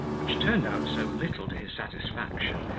which turned out so little to his satisfaction,